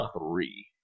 three